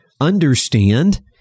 understand